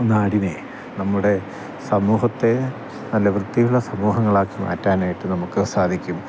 നാടിനെ നമ്മുടെ സമൂഹത്തെ നല്ല വൃത്തിയുള്ള സമൂഹങ്ങളാക്കി മാറ്റാനായിട്ട് നമുക്ക് സാധിക്കും